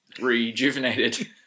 rejuvenated